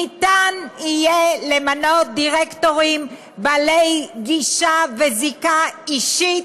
ניתן יהיה למנות דירקטורים בעלי גישה וזיקה אישית,